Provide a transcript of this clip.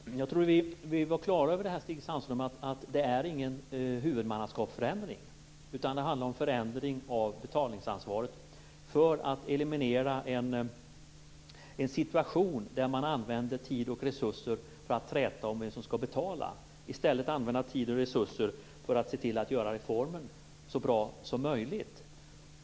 Herr talman! Jag trodde, Stig Sandström, att vi var på det klara med att detta inte är någon förändring av huvudmannaskapet. Det är en förändring av betalningsansvaret för att eliminera en situation där tid och resurser används till att träta om vem som skall betala. I stället vill vi använda tid och resurser till att göra reformen så bra som möjligt.